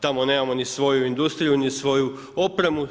Tamo nemamo ni svoju industriju, ni svoju opremu.